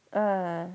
ah